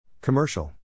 Commercial